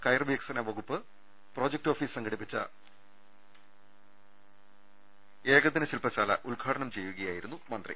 കയർ വികസന വകുപ്പ് പ്രൊജക്ട് ഓഫീസ് സംഘടിപ്പിച്ച ഏകദിന ശില്പശാല ഉദ്ഘാടനം ചെയ്യുകയായിരുന്നു മന്ത്രി